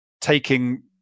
taking